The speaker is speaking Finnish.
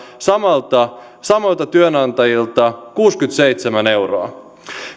samoilta samoilta työnantajilta kuusikymmentäseitsemän euroa